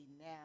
now